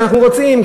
אנחנו רוצים,